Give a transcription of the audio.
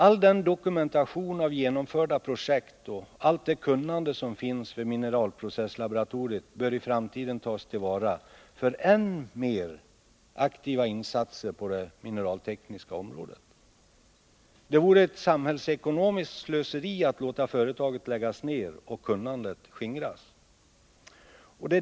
All den dokumentation av genomförda projekt och allt det kunnande som finns vid mineralprocesslaboratoriet bör i framtiden tas till vara för än mer aktiva insatser på det mineraltekniska området. Det vore ett samhällsekonomiskt slöseri att låta företaget läggas ned och kunnandet skingras.